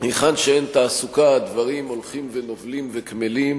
היכן שאין תעסוקה הדברים הולכים ונובלים וקמלים.